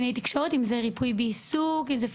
אם זה מטפל בעיסוק אם זה קלינאית תקשור